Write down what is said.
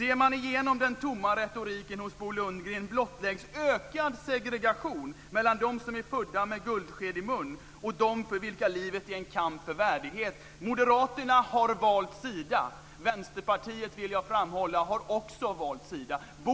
Ser man igenom den tomma retoriken hos Bo Lundgren blottläggs ökad segregation mellan dem som är födda med guldsked i mun och dem för vilka livet är en kamp för värdighet. Moderaterna har valt sida. Vänsterpartiet, vill jag framhålla, har också valt sida.